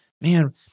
man